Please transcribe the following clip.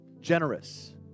generous